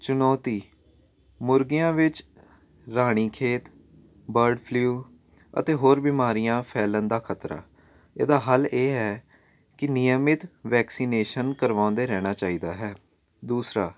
ਚੁਣੌਤੀ ਮੁਰਗੀਆਂ ਵਿੱਚ ਰਾਣੀ ਖੇਤ ਬਰਡ ਫਲਿਊ ਅਤੇ ਹੋਰ ਬਿਮਾਰੀਆਂ ਫੈਲਣ ਦਾ ਖਤਰਾ ਇਹਦਾ ਹੱਲ ਇਹ ਹੈ ਕਿ ਨਿਯਮਿਤ ਵੈਕਸੀਨੇਸ਼ਨ ਕਰਵਾਉਂਦੇ ਰਹਿਣਾ ਚਾਹੀਦਾ ਹੈ ਦੂਸਰਾ